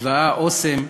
משוואה: "אסם",